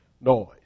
noise